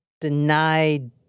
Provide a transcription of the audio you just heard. denied